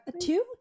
two